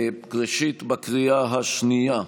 בקריאה השנייה.